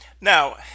Now